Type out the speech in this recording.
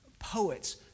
Poets